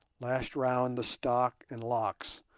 lashed round the stock and locks,